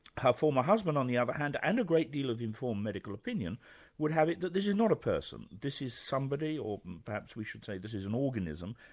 her former husband on the other hand and a great deal of informed medical opinion would have it that this is not a person, this is somebody, or perhaps we should say this is an organism,